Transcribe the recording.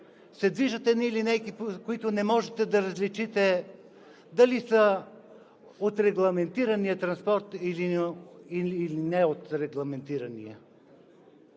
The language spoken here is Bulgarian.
се движат едни линейки, които не можете да различите дали са от регламентирания транспорт, или не са от регламентирания.